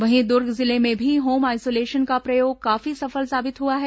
वहीं दुर्ग जिले में भी होम आइसोलेशन का प्रयोग काफी सफल साबित हुआ है